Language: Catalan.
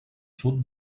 sud